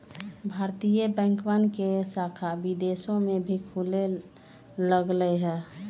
भारतीय बैंकवन के शाखा विदेश में भी खुले लग लय है